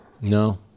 No